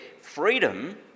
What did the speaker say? freedom